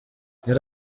yari